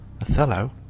Othello